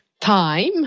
time